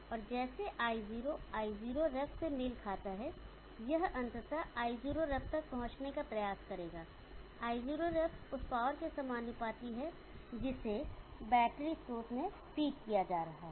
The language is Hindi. और जैसे i0 i0ref से मेल खाता है यह अंततः i0ref तक पहुँचने का प्रयास करेगाi0ref उस पावर के समानुपाती है जिसे बैटरी स्रोत में फीड किया जा रहा है